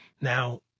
Now